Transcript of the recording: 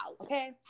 okay